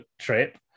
trip